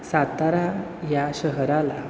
सातारा या शहराला